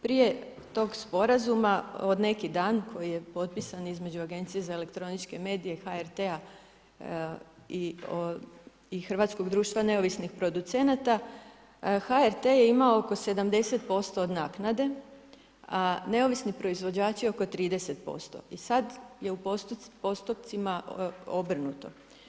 Prije tog sporazuma od neki dan, koji je potpisan između Agencije za elektroničke medije HRT-a i Hrvatskog društva neovisnih producenata, HRT je imao oko 70% od naknade, a neovisni proizvođači oko 30% i sada je u postotcima obrnuto.